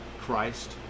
Christ